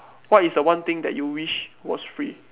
what is the one thing that you wish was free